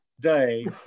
day